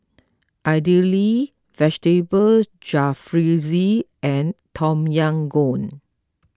Idili Vegetable Jalfrezi and Tom Yam Goong